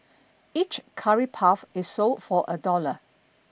each Curry Puff is sold for a dollar